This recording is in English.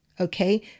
okay